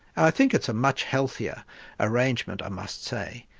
i think it's a much healthier arrangement, i must say.